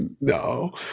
No